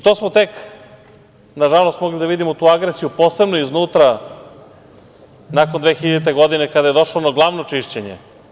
To smo tek nažalost mogli da vidimo tu agresiju posebno iznutra nakon 2000. godine kada je došlo ono glavno čišćenje.